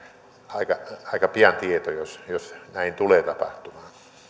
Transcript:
aika aika pian tieto jos jos näin tulee tapahtumaan